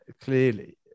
clearly